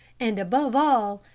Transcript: and, above all,